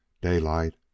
Daylight